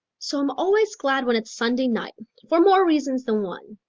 so i'm always glad when it's sunday night. for more reasons than one.